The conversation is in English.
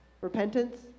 repentance